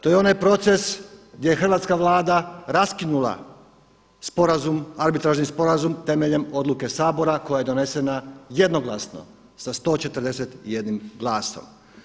To je onaj proces gdje je hrvatska Vlada raskinula sporazum, arbitražni sporazum temeljem oduke Sabora koja je donesena jednoglasno sa 141 glasom.